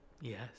Yes